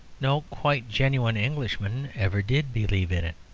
no quite genuine englishman ever did believe in it.